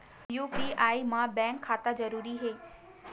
UPI मा bank खाता जरूरी हे?